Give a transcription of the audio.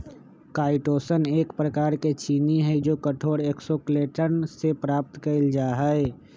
chitosan एक प्रकार के चीनी हई जो कठोर एक्सोस्केलेटन से प्राप्त कइल जा हई